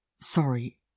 Sorry